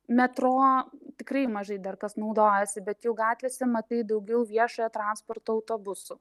metro tikrai mažai dar kas naudojasi bet jau gatvėse matai daugiau viešojo transporto autobusų